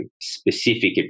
specific